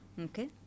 Okay